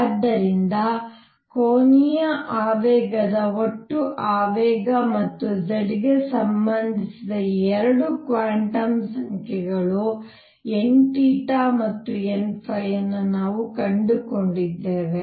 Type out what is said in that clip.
ಆದ್ದರಿಂದ ಕೋನೀಯ ಆವೇಗದ ಒಟ್ಟು ಆವೇಗ ಮತ್ತು z ಗೆ ಸಂಬಂಧಿಸಿದ 2 ಕ್ವಾಂಟಮ್ ಸಂಖ್ಯೆಗಳು n ಮತ್ತು n ಅನ್ನು ನಾವು ಕಂಡುಕೊಂಡಿದ್ದೇವೆ